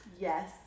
Yes